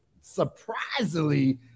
surprisingly